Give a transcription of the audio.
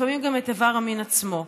לפעמים גם את איבר המין עצמו,